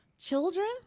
Children